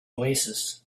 oasis